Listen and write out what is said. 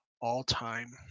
all-time